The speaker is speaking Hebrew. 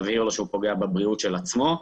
תבהיר לו שהוא פוגע בבריאות של עצמו,